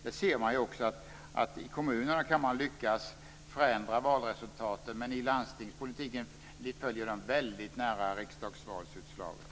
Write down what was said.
Man ser att i kommunerna kan man lyckas förändra valresultaten, men landstingspolitiken följer väldigt nära riksdagsvalsutslagen.